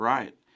Right